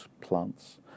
plants